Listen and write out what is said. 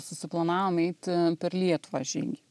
susiplanavom eiti per lietuvą žygį